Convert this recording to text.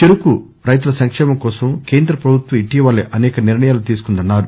చెరకు రైతుల సంకేమం కోసం కేంద్ర ప్రభుత్వం ఇటీవల అసేక నిర్ణయాలు తీసుకుందన్నారు